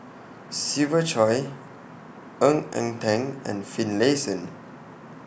Siva Choy Ng Eng Teng and Finlayson